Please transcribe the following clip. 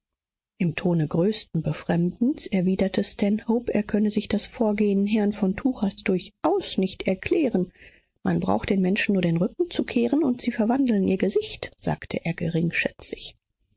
im tone größten befremdens erwiderte stanhope er könne sich das vorgehen herrn von tuchers durchaus nicht erklären man braucht den menschen nur den rücken zu kehren und sie verwandeln ihr gesicht sagte er